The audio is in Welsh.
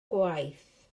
gwaith